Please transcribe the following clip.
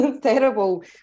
terrible